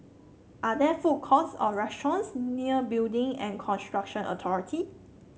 are there food courts or restaurants near Building and Construction Authority